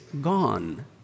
gone